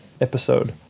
episode